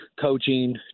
coaching